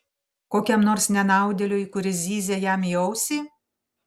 kokiam nors nenaudėliui kuris zyzia jam į ausį